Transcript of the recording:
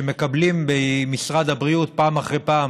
שמקבלים במשרד הבריאות פעם אחרי פעם